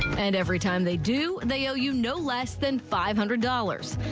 and every time they do, they owe you no less than five hundred dollars.